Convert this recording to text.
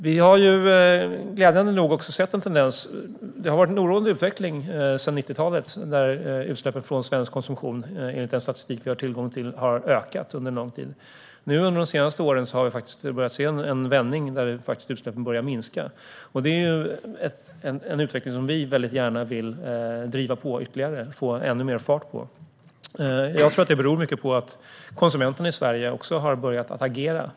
Vi har också sett en glädjande tendens. Det har varit en oroande utveckling sedan 90-talet: Utsläppen från svensk konsumtion har enligt den statistik vi har tillgång till ökat under lång tid. Under de senaste åren har vi faktiskt börjat se en vändning, och utsläppen har börjat minska. Det är en utveckling som vi väldigt gärna vill driva på ytterligare och få ännu mer fart på. Jag tror att detta beror mycket på att konsumenterna i Sverige också har börjat agera.